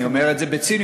אני אומר את זה בציניות,